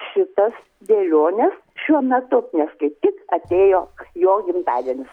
šitas dėliones šiuo metu nes kaip tik atėjo jo gimtadienis